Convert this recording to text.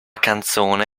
canzone